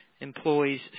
employees